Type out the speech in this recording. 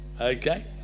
okay